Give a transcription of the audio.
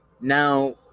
Now